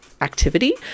activity